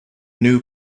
new